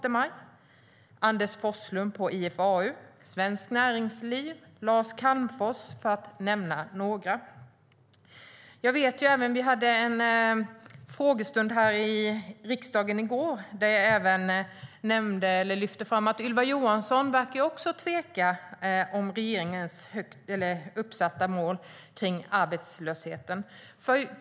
Det gör även Anders Forslund på IFAU, Svenskt Näringsliv och Lars Calmfors, för att nämna några. Vi hade frågestund här i riksdagen i går. Då lyfte jag fram att också Ylva Johansson verkar tveka i fråga om regeringens uppsatta mål för arbetslösheten.